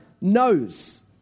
knows